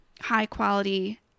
high-quality